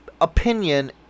opinion